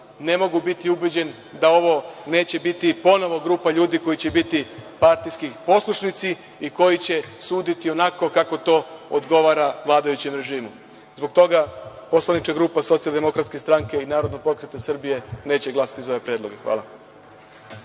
ne mogu biti ubeđen da ovo neće biti ponovo grupa ljudi koji će biti partijski poslušnici i koji će suditi onako kako to odgovara vladajućem režimu. Zbog toga Poslanička grupa SDS i Narodnog pokreta Srbije neće glasati za ove predloge. Hvala.